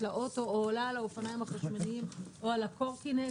לאוטו או עולה על האופניים החשמליים או על הקורקינט,